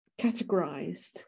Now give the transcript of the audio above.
categorized